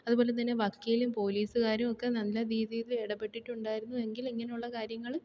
അതുപോലെ തന്നെ വക്കീലും പോലീസ്കാരും ഒക്കെ നല്ല രീതിയിൽ ഇടപെട്ടുണ്ടായിരുന്നുവെങ്കിൽ ഇങ്ങനെയുള്ള കാര്യങ്ങൾ